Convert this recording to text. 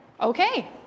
okay